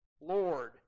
Lord